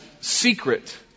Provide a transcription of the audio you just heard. secret